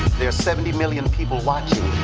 there are seventy million people watching.